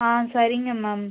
ஆ சரிங்க மேம்